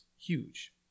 huge